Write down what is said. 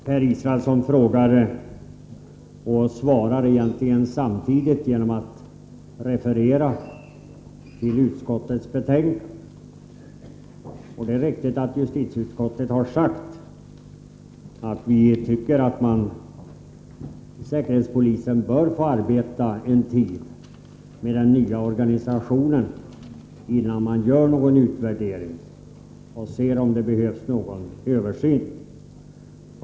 Herr talman! Per Israelsson ställer en fråga till mig, men svarar egentligen samtidigt genom att referera till utskottets betänkande. Det är riktigt att justitieutskottet har sagt att säkerhetspolisen bör få arbeta en tid med den nya organisationen innan man gör någon utvärdering och ser om det behövs en översyn.